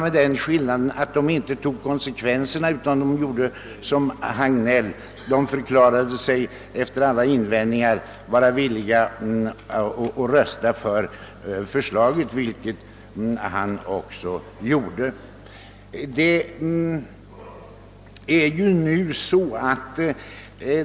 Skillnaden var bara den, att de inte tog konsekvenserna utan gjorde som herr Hagnell: de förklarade sig efter alla invändningar vara villiga att rösta för förslaget. Så gjorde alltså även herr Hagnell.